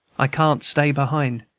i can't stay behind!